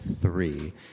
three